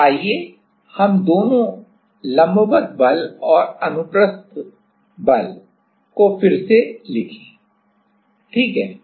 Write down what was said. तो आइए हम दोनों लंबवत बल और अनुप्रस्थ बल को फिर से लिखें ठीक है